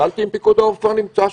כששאלתי אם פיקוד העורף נמצא שם,